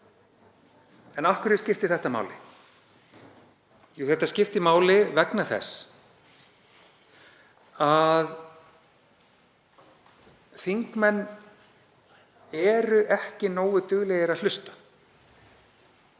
Af hverju skiptir þetta máli? Þetta skiptir máli vegna þess að þingmenn eru ekki nógu duglegir að hlusta.